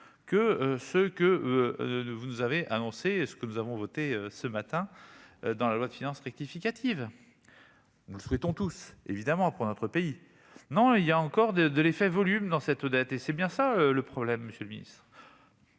que ce que vous avez annoncé et ce que nous avons voté ce matin dans la loi de finances rectificative, nous souhaitons tous, évidemment, pour notre pays, non, il y a encore de de l'effet volume dans cette date et c'est bien ça le problème Monsieur le Ministre,